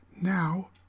now